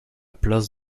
place